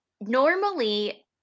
normally